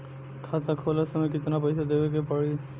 खाता खोलत समय कितना पैसा देवे के पड़ी?